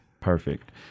Perfect